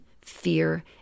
fear